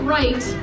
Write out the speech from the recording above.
right